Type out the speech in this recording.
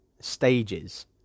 stages